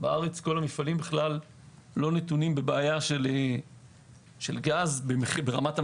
בארץ כל המפעלים לא נתונים בבעיה של גז ברמת המחיר.